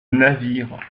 navire